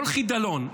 כל חידלון,